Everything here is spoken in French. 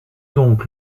donc